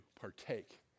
partake